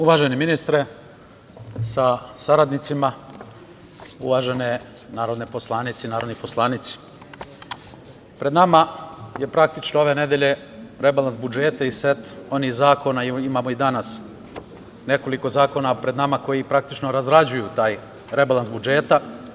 Uvaženi ministre, sa saradnicima, uvažene narodne poslanice i narodni poslanici, pred nama je praktično ove nedelje rebalans budžeta i set onih zakona, imamo i danas nekoliko zakona pred nama, koji praktično razrađuju taj rebalans budžeta.